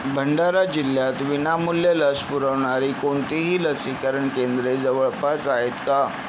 भंडारा जिल्ह्यात विनामूल्य लस पुरवणारी कोणतीही लसीकरण केंद्रे जवळपास आहेत का